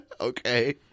Okay